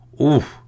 Oof